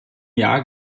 jahr